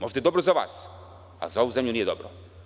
Možda je dobro za vas, a za ovu zemlju nije dobro.